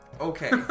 Okay